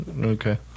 Okay